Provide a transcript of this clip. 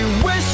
wish